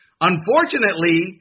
Unfortunately